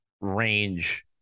range